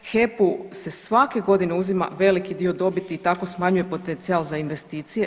HEP-u se svake godine uzima veliki dio dobiti i tako smanjuje potencijal za investicije.